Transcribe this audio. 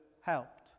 helped